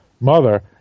mother